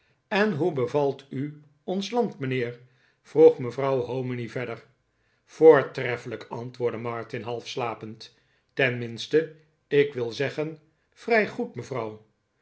en hoe bevalt u ons land mijnheer vroeg mevrouw hominy verder voortreffelijk antwoordde martin half slapend tenminste ik wil zeggen vrij goed mevrouw